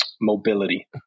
mobility